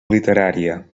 literària